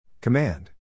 Command